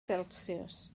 celsius